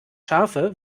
scharfe